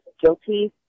guilty